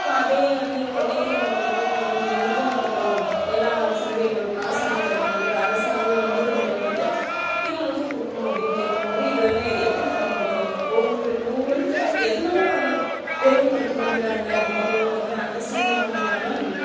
so அதே வந்து இவங்க மைத்தி இன மக்களுக்கும் வந்து நீங்கள் எனக்கும் கொடுக்கலாம் எல்லா சலுகைகளும் அரசாங்க சலுகைகள் அரசாங்க முன்னுரிமைகள் வந்து இவர்களுக்கும் கொடுக்கணும் அப்படினு கேட்கும்போது இது வந்து எப்படி தரமுடியும் ஒவ்வொரு ஒவ்வொருத்தர் எதனால் அவங்க வேறுபடுத்தப்படுகிறாங்க அப்படிங்கறத வந்து அண்டர்ஸ்டாண்டே பண்ணிக்காமல்